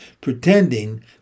pretending